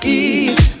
ease